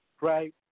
right